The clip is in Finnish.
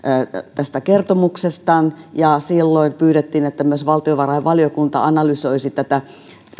hänen kertomuksestaan ja silloin pyydettiin että myös valtiovarainvaliokunta analysoisi tätä